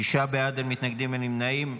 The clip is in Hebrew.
שישה בעד, אין מתנגדים, אין נמנעים.